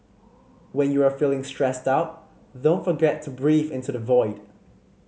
when you are feeling stressed out don't forget to breathe into the void